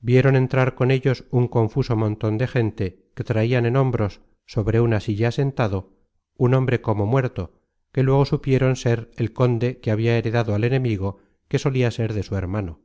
vieron entrar con ellos un confuso monton de gente que traian en hombros sobre una silla sentado un hombre como muerto que luego supieron ser el conde que habia heredado al enemigo que solia ser de su hermano